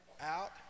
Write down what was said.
Out